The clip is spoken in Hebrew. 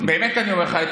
באמת אני אומר לך,